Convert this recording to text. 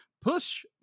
push